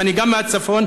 וגם אני מהצפון.